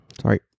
sorry